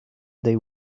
they